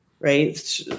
Right